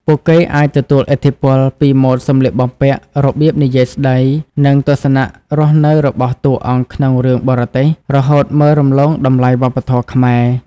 ពួកគេអាចទទួលឥទ្ធិពលពីម៉ូដសម្លៀកបំពាក់ របៀបនិយាយស្តី និងទស្សនៈរស់នៅរបស់តួអង្គក្នុងរឿងបរទេស រហូតមើលរំលងតម្លៃវប្បធម៌ខ្មែរ។